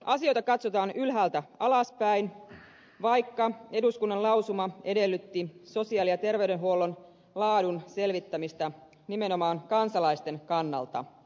asioita katsotaan ylhäältä alaspäin vaikka eduskunnan lausuma edellytti sosiaali ja terveydenhuollon laadun selvittämistä nimenomaan kansalaisten kannalta